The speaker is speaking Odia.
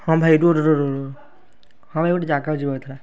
ହଁ ଭାଇ ରୁହ ରୁହ ରୁହ ରୁହ ହଁ ଏଇ ଗୋଟେ ଜାଗାକୁ ଯିବାର ଥିଲା